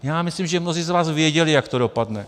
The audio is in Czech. Já myslím, že mnozí z vás věděli, jak to dopadne.